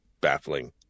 baffling